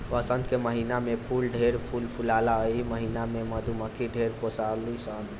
वसंत के महिना में फूल ढेरे फूल फुलाला एही महिना में मधुमक्खी ढेर पोसली सन